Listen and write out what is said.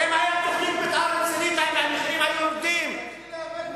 אם היתה תוכנית מיתאר רצינית תתחיל להיאבק על הדבר הזה.